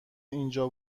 اینجا